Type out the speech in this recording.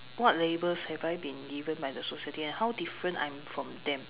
what labels have I been given by the society and how different I'm from them